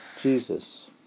Jesus